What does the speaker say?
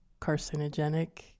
carcinogenic